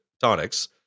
tonics